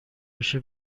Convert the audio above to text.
بشه